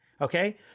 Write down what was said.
Okay